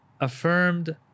affirmed